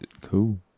Cool